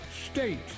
state